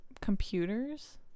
Computers